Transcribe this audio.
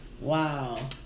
Wow